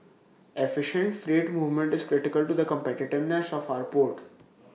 efficient freight movement is critical to the competitiveness of our port